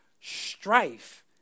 Strife